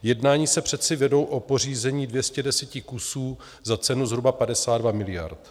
Jednání se přece vedou o pořízení 210 kusů za cenu zhruba 52 miliard.